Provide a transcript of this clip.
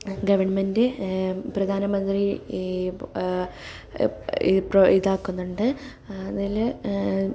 government പ്രധാനമന്ത്രി ഈ ഈ ഇതാക്കുന്നുണ്ട് അതിൽ